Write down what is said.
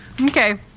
Okay